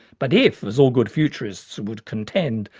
but if, as all good futurists would contend,